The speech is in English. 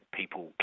people